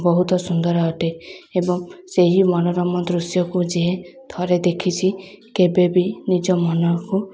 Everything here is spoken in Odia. ବହୁତ ସୁନ୍ଦର ଅଟେ ଏବଂ ସେହି ମନୋରମ ଦୃଶ୍ୟକୁ ଯିଏ ଥରେ ଦେଖିଛି କେବେ ବି ନିଜ ମନକୁ